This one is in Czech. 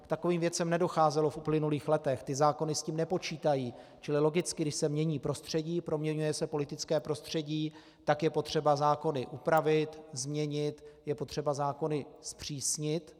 K takovým věcem nedocházelo v uplynulých letech, ty zákony s tím nepočítají, čili logicky, když se mění prostředí, proměňuje se politické prostředí, tak je potřeba zákony upravit, změnit, je potřeba zákony zpřísnit.